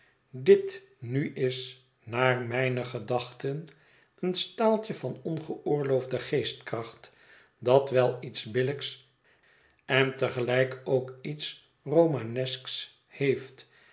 dit nu is naar mijne gedachten een staaltje van ongeoorloofde geestkracht dat wel iets billijks en te gelijk ook iets romanesks heeft